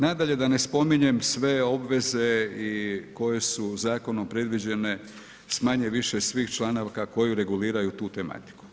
Nadalje da ne spominjem sve obveze koje su zakonom predviđene s manje-više svih članaka koji reguliraju tu tematiku.